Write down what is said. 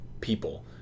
people